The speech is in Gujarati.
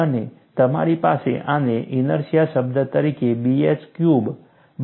અને તમારી પાસે આને ઇનર્સ્યા શબ્દ તરીકે Bh ક્યુબ્ડ બાય 12 કરવામાં આવશે